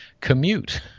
commute